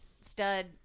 stud